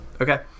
okay